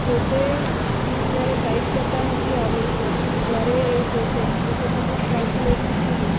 પોતે ને જ્યારે ટાઈપ કરતા નથી આવડતું ત્યારે એ પોતે ઓટોમેટિક ટ્રાન્સલેટથી